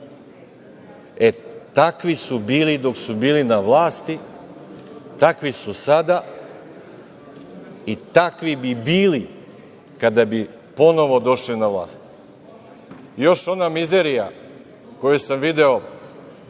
su bili dok su bili na vlasti, takvi su sada i takvi bi bili kada bi ponovo došli na vlast. Još ona mizerija koju sam video